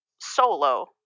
solo